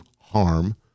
harm